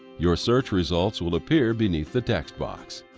your search results will appear beneath the text box.